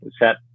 Set